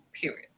period